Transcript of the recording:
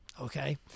okay